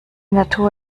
natur